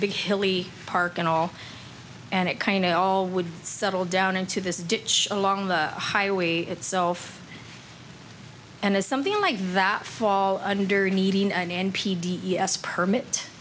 big hilly park and all and it kind of all would settle down into this ditch along the highway itself and as something like that fall under needing an n p d e s permit